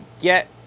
get